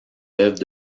œuvres